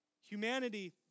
Humanity